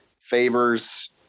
favors